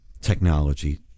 technology